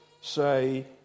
say